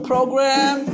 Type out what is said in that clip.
program